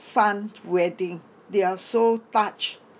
son wedding they are so touched